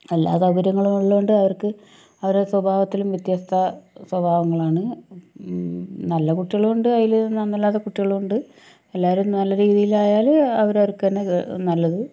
എല്ലാ സൗകര്യങ്ങളും ഉള്ളതുകൊണ്ട് അവർക്ക് അവരുടെ സ്വഭാവത്തിലും വ്യത്യസ്ഥ സ്വഭാവങ്ങളാണ് നല്ല കുട്ടികളും ഉണ്ട് അതിൽ നന്നല്ലാത്ത കുട്ടികളും ഉണ്ട് എല്ലാവരും നല്ല രീതിയിൽ ആയാൽ അവരവർക്ക് തന്നെ നല്ലത്